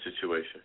situation